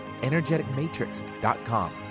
energeticmatrix.com